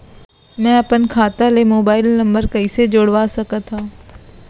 मैं अपन खाता ले मोबाइल नम्बर कइसे जोड़वा सकत हव?